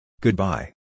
Goodbye